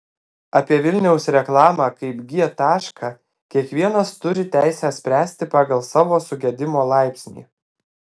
apie vilniaus reklamą kaip g tašką kiekvienas turi teisę spręsti pagal savo sugedimo laipsnį